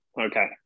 Okay